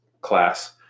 class